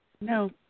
No